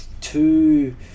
two